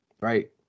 right